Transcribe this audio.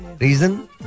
Reason